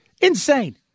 insane